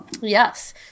yes